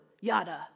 yada